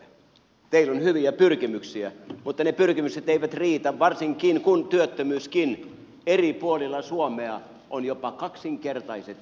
teillä on hyviä pyrkimyksiä mutta ne pyrkimykset eivät riitä varsinkin kun työttömyydessäkin eri puolilla suomea on jopa kaksinkertaiset erot